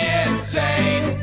insane